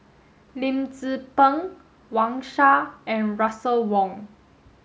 Lim Tze Peng Wang Sha and Russel Wong